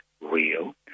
real